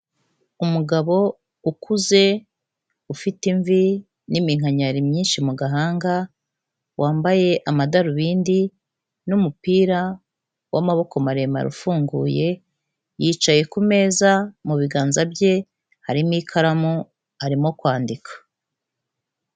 Umugabo ukuze ufite imvi n'iminkanyari myinshi mu gahanga, wambaye amadarubindi n'umupira w'amaboko maremare ufunguye, yicaye ku meza mu biganza bye harimo ikaramu arimo kwandika.